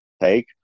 take